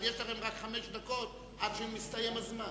אבל יש לכם רק חמש דקות עד שמסתיים הזמן.